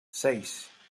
seis